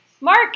mark